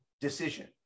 decision